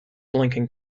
blinking